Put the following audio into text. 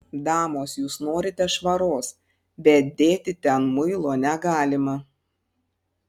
damos jūs norite švaros bet dėti ten muilo negalima